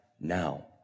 now